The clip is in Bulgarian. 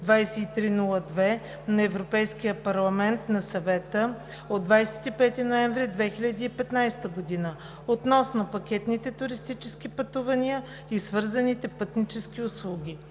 2015/2302 на Европейския парламент и на Съвета от 25 ноември 2015 г. относно пакетните туристически пътувания и свързаните пътнически услуги.